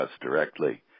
directly